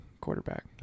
quarterback